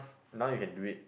now you can do it